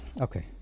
okay